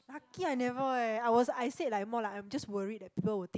lucky I never eh I was I said like more lah I just worried that people would take